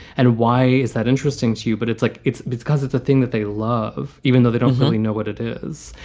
and why is that interesting to you? but it's like it's because it's a thing that they love, even though they don't really know what it is.